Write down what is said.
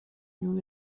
new